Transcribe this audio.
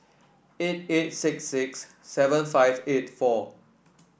eight eight six six seven five eight four